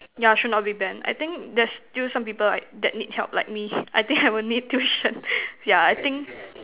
yeah should not be banned I think there's still some people like that need help like me I think I would need tuition yeah I think